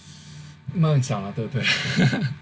梦想了对不对